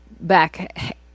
back